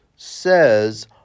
says